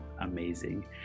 amazing